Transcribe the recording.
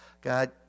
God